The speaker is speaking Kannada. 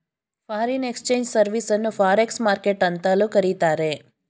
ಫಾರಿನ್ ಎಕ್ಸ್ಚೇಂಜ್ ಸರ್ವಿಸ್ ಅನ್ನು ಫಾರ್ಎಕ್ಸ್ ಮಾರ್ಕೆಟ್ ಅಂತಲೂ ಕರಿತಾರೆ